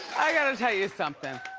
i gotta tell you something.